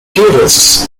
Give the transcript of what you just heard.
tourists